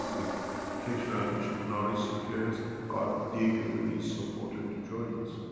the keshe foundation knowledge seekers are eagerly supported to join us,